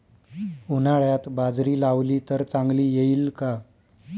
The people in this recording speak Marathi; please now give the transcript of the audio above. उन्हाळ्यात बाजरी लावली तर चांगली येईल का?